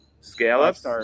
scallops